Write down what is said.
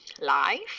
life